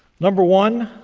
number one,